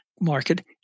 market